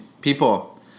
people